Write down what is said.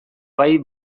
bai